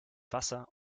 wasser